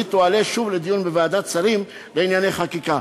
תועלה שוב לדיון בוועדת שרים לענייני חקיקה.